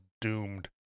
doomed